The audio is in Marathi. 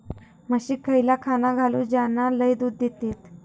म्हशीक खयला खाणा घालू ज्याना लय दूध देतीत?